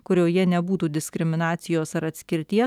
kurioje nebūtų diskriminacijos ar atskirties